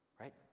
right